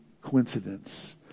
coincidence